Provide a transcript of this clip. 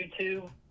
YouTube